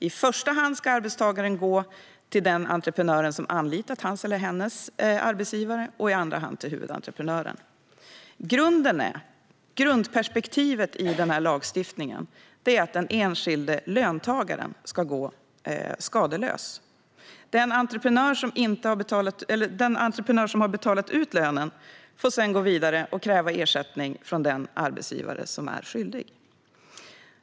I första hand ska arbetstagaren gå till den entreprenör som har anlitat hans eller hennes arbetsgivare och i andra hand till huvudentreprenören. Grundperspektivet i lagstiftningen är att den enskilde löntagaren ska gå skadeslös. Den entreprenör som har betalat ut lönen får sedan gå vidare och kräva ersättning från den arbetsgivare som är skyldig.